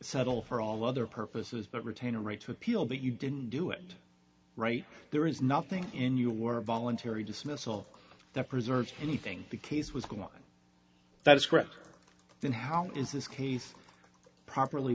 settle for all other purposes but retain a right to appeal but you didn't do it right there is nothing in your voluntary dismissal that preserves anything the case was going on that is correct then how is this case properly